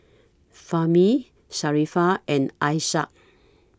Fahmi Sharifah and Ishak